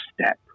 step